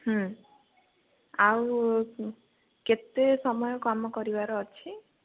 ଆଉ କେତେ ସମୟ କାମ କରିବାର ଅଛି